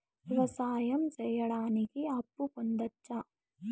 వ్యవసాయం సేయడానికి అప్పు పొందొచ్చా?